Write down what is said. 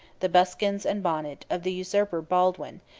the buskins and bonnet, of the usurper baldwin,